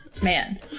Man